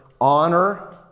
honor